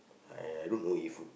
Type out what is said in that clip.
I I don't know if you